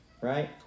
right